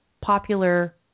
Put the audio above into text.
popular